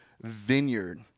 vineyard